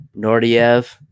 Nordiev